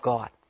God